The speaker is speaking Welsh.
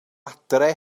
adre